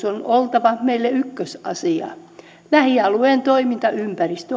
on oltava meille ykkösasia lähialueen toimintaympäristö